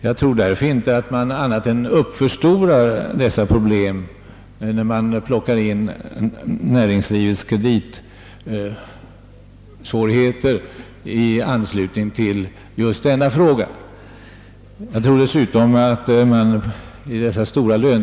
Jag tror därför att herr Jönsson överdriver de svårigheter som näringslivets kreditsituation skulle kunna råka i vid ett bifall till reservationsförslaget.